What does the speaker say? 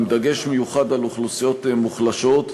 עם דגש מיוחד על אוכלוסיות מוחלשות,